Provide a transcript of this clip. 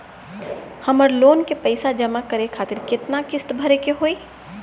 हमर लोन के पइसा जमा करे खातिर केतना किस्त भरे के होई?